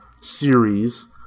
series